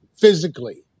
physically